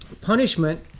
punishment